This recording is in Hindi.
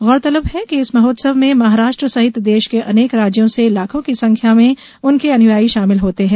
गौरतलब है कि इस महोत्सव में महाराष्ट्र सहित देष के अनेक राज्यों से लाखों की संख्या में उनके अनुयायी षामिल होते हैं